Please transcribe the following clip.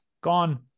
gone